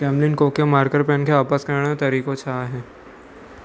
Camlin Kokuyo marker pen खे वापसि करण जो तरीक़ो छा आहे